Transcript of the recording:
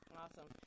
awesome